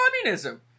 communism